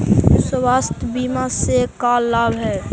स्वास्थ्य बीमा से का लाभ है?